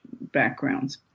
backgrounds